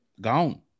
Gone